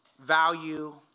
value